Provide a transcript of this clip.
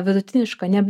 vidutiniška net